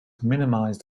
minimized